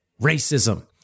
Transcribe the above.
racism